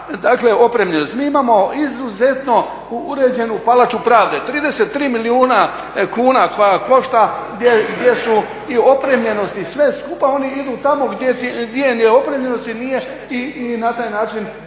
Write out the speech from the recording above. slabija opremljenost. Mi imamo izuzetno uređenu palaču pravde, 33 milijuna kuna koja košta, gdje su i opremljenost i sve skupa oni idu tamo gdje nije opremljenosti i nije i na taj način